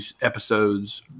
episodes